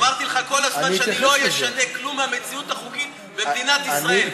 אמרתי לך כל הזמן שאני לא אשנה כלום מהמציאות החוקית במדינת ישראל.